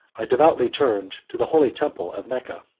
are devoutly turned to the holy temple of mecca.